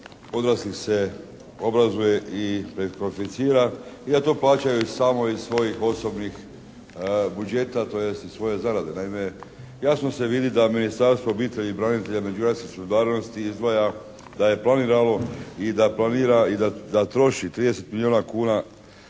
odraslih se obrazuje i prekvalificira jer to plaćaju sami iz svojih osobnih budžeta tj. od svoje zarade. Naime, jasno se vidi da Ministarstvo obitelji i branitelja i međugeneracijske solidarnosti izdvaja i da planira i da troši 30 milijuna kuna